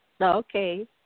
Okay